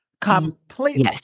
Completely